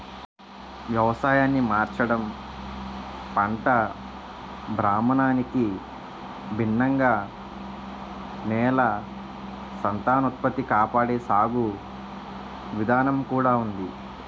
వ్యవసాయాన్ని మార్చడం, పంట భ్రమణానికి భిన్నంగా నేల సంతానోత్పత్తి కాపాడే సాగు విధానం కూడా ఉంది